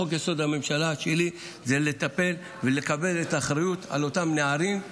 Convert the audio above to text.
בחוק-יסוד הממשלה הוא לטפל ולקבל את האחריות על אותם נערים,